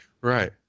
Right